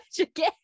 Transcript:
again